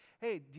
hey